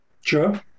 Sure